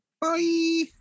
Bye